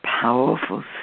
powerful